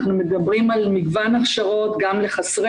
אנחנו מדברים על מגוון הכשרות גם לחסרי